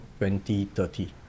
2030